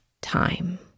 time